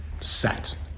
set